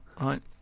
right